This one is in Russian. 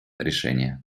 решения